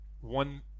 one